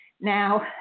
now